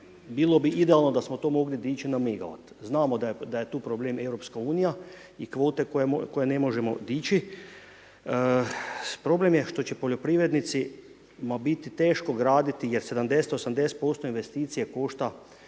bilo bi idealno da smo to mogli dići na megawate. Znamo da je tu problem EU i kvote koje ne možemo dići, problem je što će poljoprivrednicima biti teško graditi, jer 70, 80% investicije košta